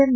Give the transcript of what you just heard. M